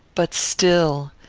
but still,